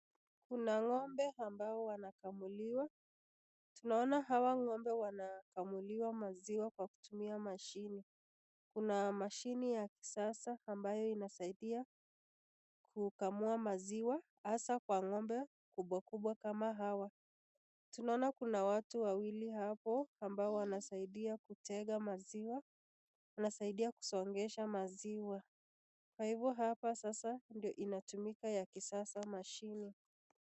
Kuna ng'ombe ambao wanakamuliwa. Tunaona hawa ng'ombe wanakamuliwa maziwa kwa kutumia mashini. Kuna mashini ya kisasa mabayo inasaidia kukamua maziwa hasa kwa ng'ombe kubwa kubwa kama hawa. Tunaona kuna watu wawili hapo ambao wanasaidia kutega maziwa, wanasaidia kusongesha maziwa kwa hivyo hapa sasa ndio inatumika ya kisasa mashini.